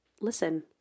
Listen